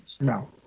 No